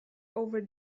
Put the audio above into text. over